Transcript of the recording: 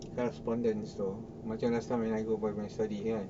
correspondents tu macam last time when I go melbourne study kan